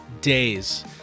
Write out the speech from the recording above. days